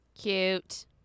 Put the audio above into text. Cute